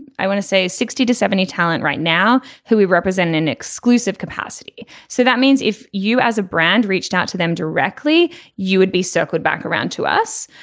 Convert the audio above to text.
i want to say sixty to seventy talent right now who we represent an exclusive capacity. so that means if you as a brand reached out to them directly you would be circled back around to us.